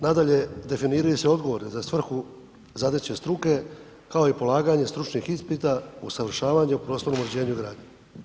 Nadalje, definiraju se i odgovori za svrhu zadaće struke, kao i polaganje stručnih ispita o usavršavanju, prostornom uređenju i gradnji.